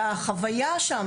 והחוויה שם,